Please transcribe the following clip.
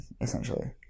essentially